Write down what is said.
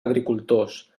agricultors